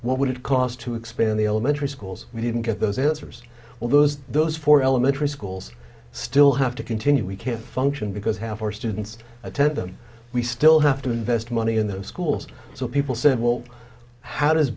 would it cost to expand the elementary schools we didn't get those answers well those those four elementary schools still have to continue we can't function because half for students attend them we still have to invest money in those schools so people said well how does